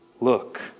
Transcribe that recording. Look